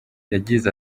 yagize